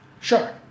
Sure